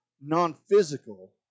non-physical